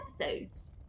episodes